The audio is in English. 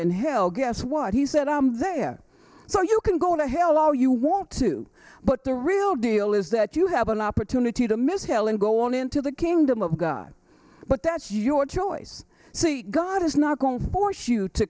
and hill guess what he said i'm there so you can go to hell all you want to but the real deal is that you have an opportunity to miss helen go on into the kingdom of god but that's your choice see god is not going to force you to